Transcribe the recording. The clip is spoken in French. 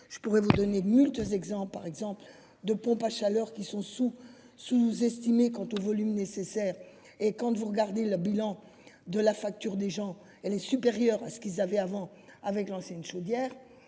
Je pourrais vous donner 1002 exemples, par exemple de pompes à chaleur qui sont sous sous nous estimé quant aux volumes nécessaires et quand vous regardez le bilan de la facture des gens, elle est supérieure à ce qu'ils avaient avant avec ancienne une chaudière.